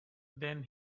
then